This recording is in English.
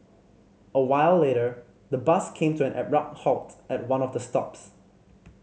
a while later the bus came to an abrupt halt at one of the stops